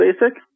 Basic